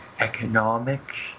economic